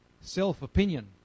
self-opinion